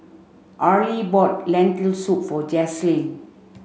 Arley bought Lentil soup for Jaslyn